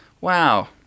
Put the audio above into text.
Wow